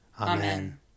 Amen